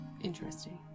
Interesting